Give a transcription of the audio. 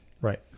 Right